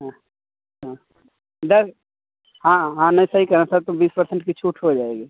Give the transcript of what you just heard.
हाँ हाँ दस हाँ हाँ नहीं सही कहे रहे हैं सर तो बीस परसेंट की छूट हो जाएगी